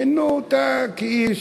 מינו אותו כאיש